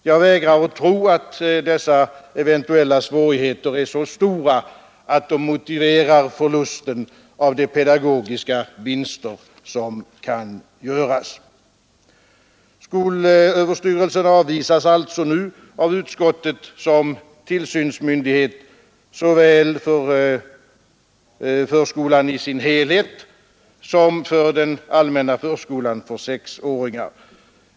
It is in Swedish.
Jag vägrar att tro att dessa eventuella svårigheter är så stora att de motiverar förlusten av de pedagogiska vinster som kan göras. Skolöverstyrelsen avvisas alltså av utskottet såsom tillsynsmyndighet såväl för förskolan i dess helhet som för den allmänna förskolan för sexåringar.